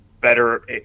better